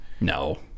no